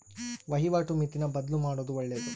ವಹಿವಾಟು ಮಿತಿನ ಬದ್ಲುಮಾಡೊದು ಒಳ್ಳೆದು